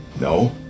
No